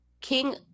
king